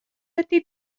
ydy